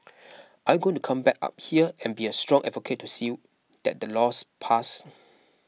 are you going to come back up here and be a strong advocate to see that the law's passed